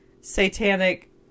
satanic